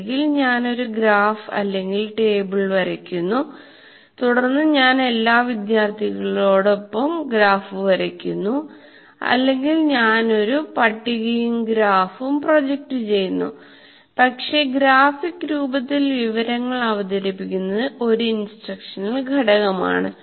ഒന്നുകിൽ ഞാൻ ഒരു ഗ്രാഫ് അല്ലെങ്കിൽ ടേബിൾ വരയ്ക്കുന്നു തുടർന്ന് ഞാൻ വിദ്യാർത്ഥികളോടൊപ്പം ഗ്രാഫ് വരയ്ക്കുന്നു അല്ലെങ്കിൽ ഞാൻ ഒരു പട്ടികയും ഗ്രാഫും പ്രൊജക്റ്റ് ചെയ്യുന്നു പക്ഷേ ഗ്രാഫിക് രൂപത്തിൽ വിവരങ്ങൾ അവതരിപ്പിക്കുന്നത് ഒരു ഇൻസ്ട്രക്ഷണൽ ഘടകമാണ്